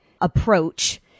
approach